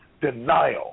denial